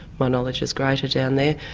my knowledge is greater down there.